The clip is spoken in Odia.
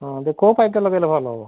ହଁ ଦେ କେଉଁ ପାଇପ୍ଟା ଲଗେଇଲେ ଭଲ ହେବ